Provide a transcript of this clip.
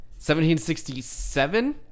1767